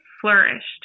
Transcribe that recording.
flourished